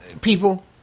People